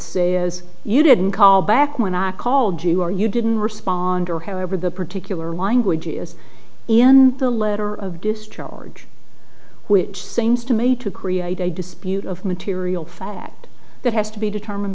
says you didn't call back when i called you are you didn't respond or however the particular language is in the letter of discharge which seems to me to create a dispute of material fact that has to be determined